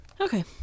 Okay